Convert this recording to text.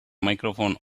microphone